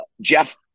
Jeff